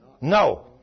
No